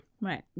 Right